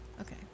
Okay